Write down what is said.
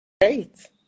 Great